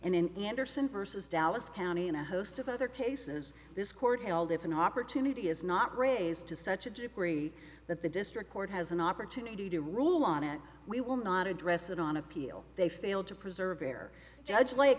an andersen versus dallas county and a host of other cases this court held if an opportunity is not raised to such a degree that the district court has an opportunity to rule on it we will not address it on appeal they failed to preserve their judge l